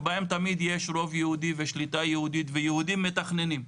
שבהן תמיד יש רוב יהודי ושליטה יהודית ויהודים מתכננים.